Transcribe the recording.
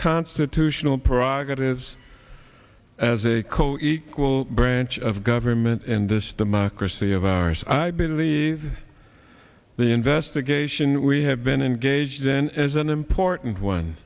constitutional prerogatives as a co equal branch of government in this democracy of ours i believe the investigation we have been engaged in is an important one